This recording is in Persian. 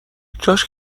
جاش